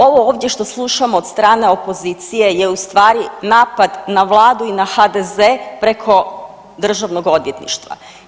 Ovo ovdje što slušamo od strane opozicije je u stvari napad na vladu i na HDZ preko državnog odvjetništva.